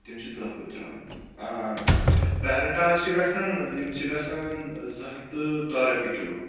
تِم چھِ دٔہ پوٗتۍ تھاوٕنۍ آ پیرَنٹہٕ حظ چھِ گژھان یِم چھِ گژھان زٕ ہَتھ تہٕ دَہ رۄپیہِ کِلوٗ